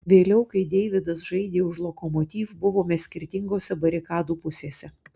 vėliau kai deividas žaidė už lokomotiv buvome skirtingose barikadų pusėse